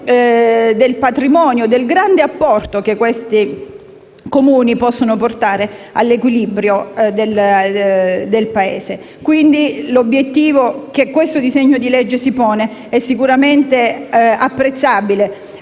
del patrimonio, del grande apporto che questi Comuni possono portare all'equilibrio del Paese. L'obiettivo che questo disegno di legge si pone, quindi, è sicuramente apprezzabile.